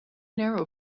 narrow